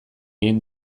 egin